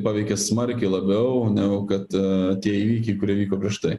paveikė smarkiai labiau negu kad tie įvykiai kurie vyko prieš tai